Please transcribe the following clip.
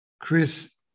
Chris